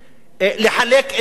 לחלק את הנטל.